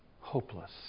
Hopeless